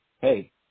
Hey